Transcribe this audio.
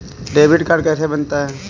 Debit card कैसे बनता है?